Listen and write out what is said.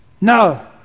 No